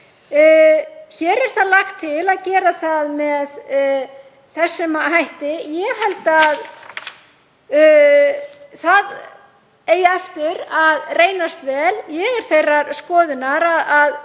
Hér er lagt til að gera það með þessum hætti. Ég held að það eigi eftir að reynast vel. Ég er þeirrar skoðunar að